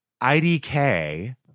IDK